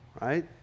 right